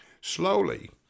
Slowly